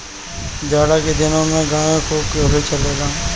जाड़ा के दिन में गांवे खूब कोल्हू चलेला